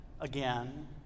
again